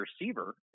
receiver